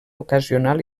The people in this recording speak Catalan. ocasional